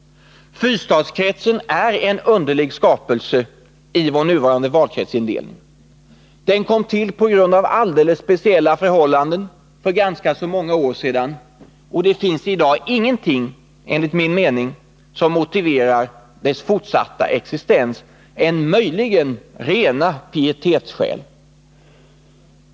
Fyrstadskretsen är en underlig skapelse i vår nuvarande valkretsindelning. Den kom till på grund av alldeles speciella förhållanden för ganska många år sedan, och det finns i dag enligt min mening ingenting som motiverar dess fortsatta existens, annat än möjligen rena pietetsskäl.